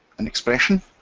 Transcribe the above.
an expression,